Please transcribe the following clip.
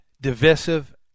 divisive